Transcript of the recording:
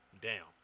down